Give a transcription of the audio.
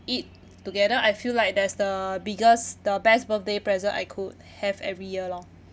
eat together I feel like that's the biggest the best birthday present I could have every year lor